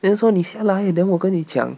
then 说你下来 then 我跟你讲